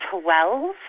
Twelve